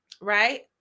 right